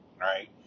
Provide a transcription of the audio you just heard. right